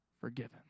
forgiven